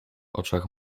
oczach